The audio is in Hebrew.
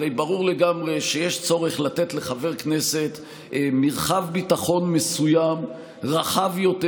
הרי ברור לגמרי שיש לתת לחבר כנסת מרחב ביטחון מסוים רחב יותר,